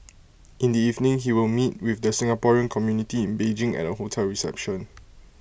in the evening he will meet with the Singaporean community in Beijing at A hotel reception